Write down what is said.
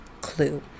Clue